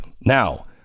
Now